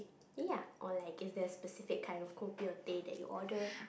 ya or like is there specific kind of kopi or teh that you order